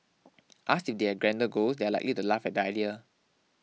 asked they had grander goals they are likely to laugh at the idea